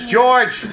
George